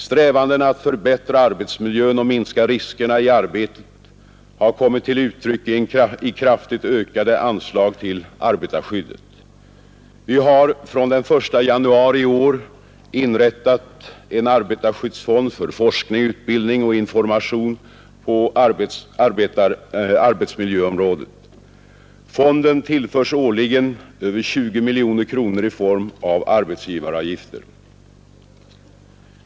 Strävandena att förbättra arbetsmiljön och minska riskerna i arbetet har kommit till uttryck i kraftigt ökade anslag till arbetarskyddet. Vi har från den 1 januari i år inrättat en arbetarskyddsfond för forskning, utbildning och information på arbetsmiljöområdet. Fonden tillförs årligen över 20 miljoner kronor i form av arbetsgivaravgifter.